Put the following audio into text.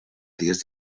dies